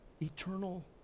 Eternal